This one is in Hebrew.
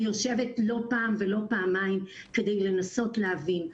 אני יושבת לא פעם ולא פעמיים כדי לנסות להבין,